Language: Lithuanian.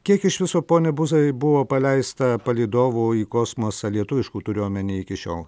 kiek iš viso pone buzai buvo paleista palydovų į kosmosą lietuviškų turiu omeny iki šiol